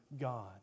god